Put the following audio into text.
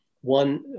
one